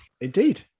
Indeed